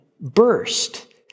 burst